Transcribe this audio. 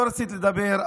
לא רציתי לדבר,